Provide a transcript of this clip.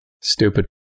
Stupid